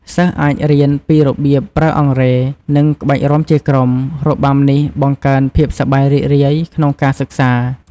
សិស្សអាចរៀនពីរបៀបប្រើអង្រែ និងក្បាច់រាំជាក្រុម របាំនេះបង្កើនភាពសប្បាយរីករាយក្នុងការសិក្សា។